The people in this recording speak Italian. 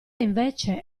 invece